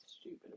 stupid